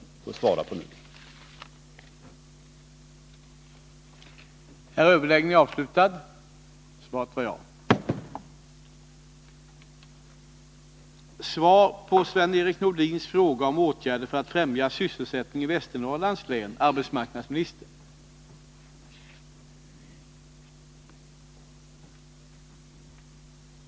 att främja sysselsättningen i Västernorrlands län